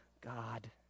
God